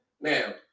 now